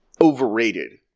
overrated